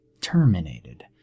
terminated